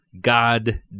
God